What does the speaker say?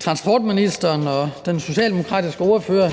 transportministeren og den socialdemokratiske ordfører